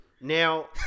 Now